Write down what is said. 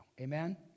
Amen